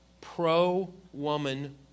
pro-woman